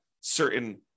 certain